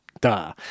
Duh